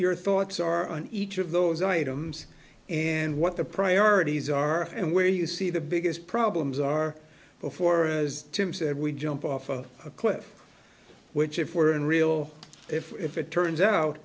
your thoughts are on each of those items and what the priorities are and where you see the biggest problems are before as tim said we jump off a cliff which if we're in real if if it turns out